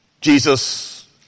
Jesus